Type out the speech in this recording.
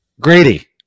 Grady